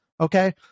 Okay